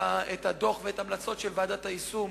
הדוח ואת ההמלצות של ועדת היישום